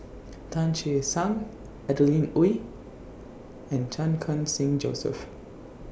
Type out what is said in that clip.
Tan Che Sang Adeline Ooi and Chan Khun Sing Joseph